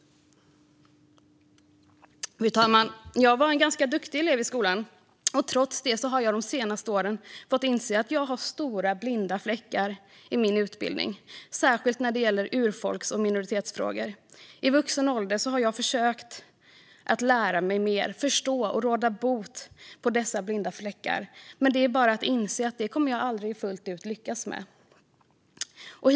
Fru talman! Jag var en ganska duktig elev i skolan. Trots det har jag de senaste åren fått inse att jag har stora blinda fläckar i min utbildning, särskilt när det gäller urfolks och minoritetsfrågor. I vuxen ålder har jag försökt lära mig mer, förstå och råda bot på dessa blinda fläckar, men det är bara att inse att jag aldrig fullt ut kommer att lyckas med det.